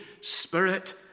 Spirit